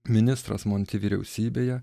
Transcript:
ministras monti vyriausybėje